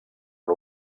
per